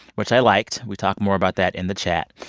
which i liked. we talk more about that in the chat.